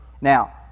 Now